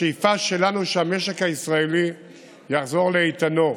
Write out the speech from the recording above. השאיפה שלנו היא שהמשק הישראלי יחזור לאיתנו,